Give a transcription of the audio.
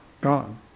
gone